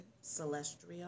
celestial